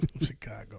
Chicago